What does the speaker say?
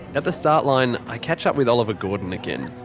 at the start line, i catch up with oliver gordon again.